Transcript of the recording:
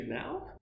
now